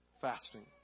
fasting